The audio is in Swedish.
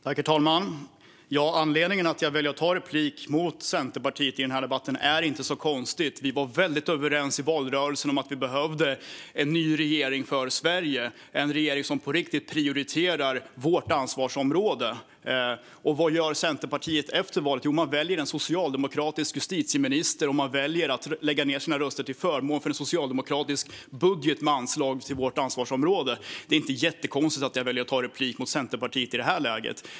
Herr talman! Anledningen till att jag valde att ta replik mot Centerpartiet i denna debatt är inte så konstig. Vi var väldigt överens i valrörelsen om att vi behövde en ny regering för Sverige - en regering som på riktigt prioriterar vårt ansvarsområde. Och vad gör Centerpartiet efter valet? Jo, man väljer en socialdemokratisk justitieminister, och man väljer att lägga ned sina röster till förmån för en socialdemokratisk budget med anslag till vårt ansvarsområde. Det är inte jättekonstigt att jag valde att ta replik mot Centerpartiet i detta läge.